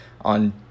on